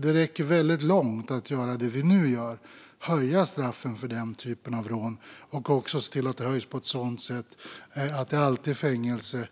Det räcker väldigt långt att göra det vi nu gör och höja straffen för denna typ av rån och se till att det också höjs på ett sådant sätt att det alltid är fängelse